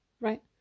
Right